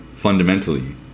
Fundamentally